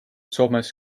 soomes